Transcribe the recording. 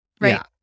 Right